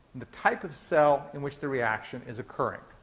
the type of cell in which the reaction is occurring.